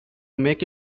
make